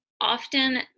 often